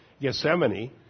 Gethsemane